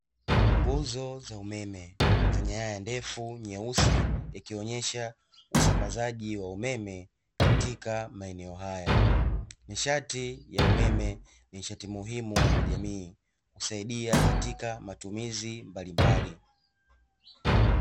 Nguzo za umeme zenye nyaya ndefu